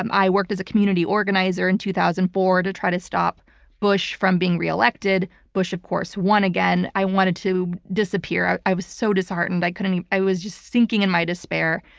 um i worked as a community organizer in two thousand and four to try to stop bush from being reelected. bush, of course, won again. i wanted to disappear. i i was so disheartened. i couldn't, i was just sinking in my despair.